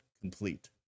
complete